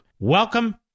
Welcome